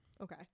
Okay